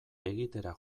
egitera